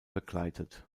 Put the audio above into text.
begleitet